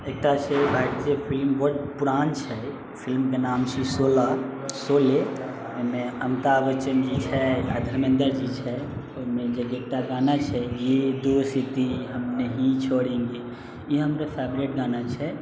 एकटा छै फिलिम बड पुरान छै फिलिमके नाम छी शोला शोले एहिमे अमिताभ बच्चन जी छै आ धर्मेंद्र जी छै ओहिमे जे एकटा गाना छै ये दोस्ती हम नही छोड़ेंगे ई हमर फेवरेट गाना छै